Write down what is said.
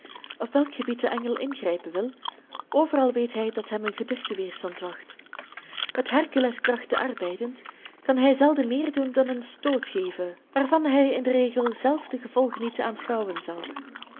op welk gebied de engel ingrijpen wil overal weet hij dat hem een geduchte weerstand wacht met herculeskrachten arbeidend kan hij zelden meer doen dan een stoot geven waarvan hij in den regel zelf de gevolgen niet aanschouwen zal